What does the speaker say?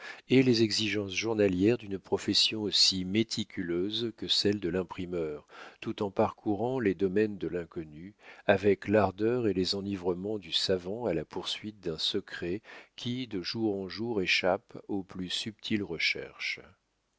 et les exigences journalières d'une profession aussi méticuleuse que celle de l'imprimeur tout en parcourant les domaines de l'inconnu avec l'ardeur et les enivrements du savant à la poursuite d'un secret qui de jour en jour échappe aux plus subtiles recherches